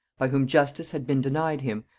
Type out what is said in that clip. by whom justice had been denied him,